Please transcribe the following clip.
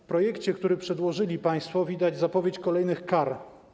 W projekcie, który przedłożyli państwo, widać zapowiedź kolejnych kar.